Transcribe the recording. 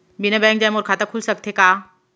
बिना बैंक जाए मोर खाता खुल सकथे का?